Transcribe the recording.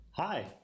Hi